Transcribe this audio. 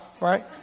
right